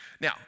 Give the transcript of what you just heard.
Now